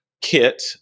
kit